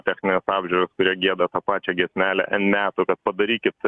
technines apžiūras kurie gieda tą pačią giesmelę n metų kad padarykit